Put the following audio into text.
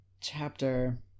chapter